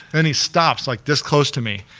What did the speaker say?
then he stops like this close to me.